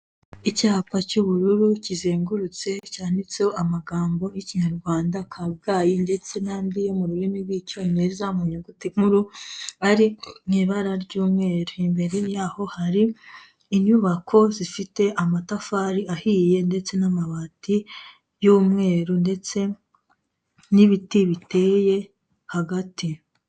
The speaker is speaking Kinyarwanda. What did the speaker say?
Icyapa cy'ubururu kizengurutse cyanditseho amagambo y'ikinyarwanda Kabgayi ndetse n'andi yo mu rurimi rw'icyongereza mu nyuguti nkuru ari mu ibara ry'umweru. Imbere yaho hari inyubako zifite amatafari ahiye ndetse n'amabati y'umweru ndetse n'ibiti biteye hagati.